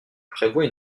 prévoit